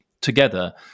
together